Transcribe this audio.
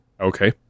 Okay